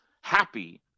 happy